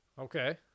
Okay